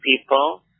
people